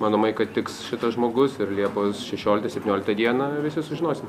manomai kad tiks šitas žmogus ir liepos šešioliktą septynioliktą dieną visi sužinosim